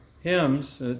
hymns